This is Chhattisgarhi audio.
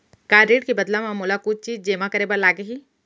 का ऋण के बदला म मोला कुछ चीज जेमा करे बर लागही?